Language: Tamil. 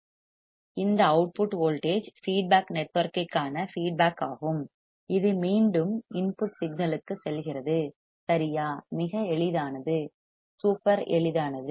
இந்த அவுட்புட் வோல்டேஜ் ஃபீட்பேக் நெட்வொர்க்கிற்கான ஃபீட்பேக் ஆகும் அது மீண்டும் இன்புட் சிக்னல்க்கு செல்கிறது சரியா மிக எளிதானது சூப்பர் எளிதானது